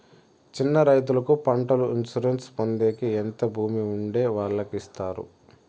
చిన్న రైతుకు పంటల ఇన్సూరెన్సు పొందేకి ఎంత భూమి ఉండే వాళ్ళకి ఇస్తారు?